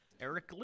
Eric